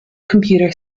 computer